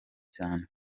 cyane